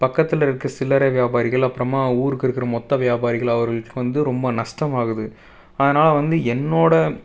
பக்கத்தில் இருக்கற சில்லறை வியாபாரிகள் அப்புறமா ஊருக்கு இருக்கிற மொத்த வியாபாரிகள் அவர்களுக்கு வந்து ரொம்ப நஷ்டமாகுது அதனால் வந்து என்னோடய